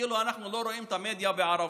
כאילו אנחנו לא רואים את המדיה בערבית.